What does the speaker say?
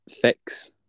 fix